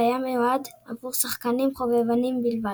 והיה מיועד עבור שחקנים חובבנים בלבד.